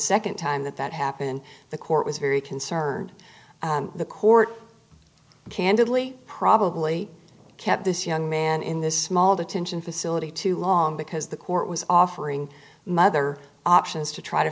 nd time that that happened the court was very concerned the court candidly probably kept this young man in this small detention facility too long because the court was offering mother options to try to